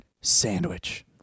sandwich